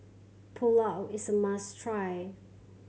pulao is a must try